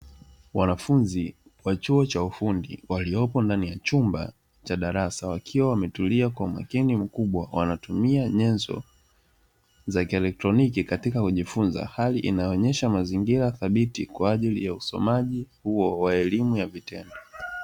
Wanafunzi wa chuo cha ufundi waliopo ndani ya chumba cha darasa wakiwa wametulia kwa umakini mkubwa. Wanatumia nyenzo za kielektroniki katika kujifunza, hali inayoonyesha mazingira thabiti kwa ajili ya usomaji huo wa elimu ya vitendo.